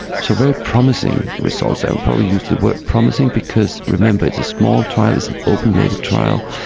so very promising results. i would probably use the word promising because remember it's a small trial, it's an open-label trial,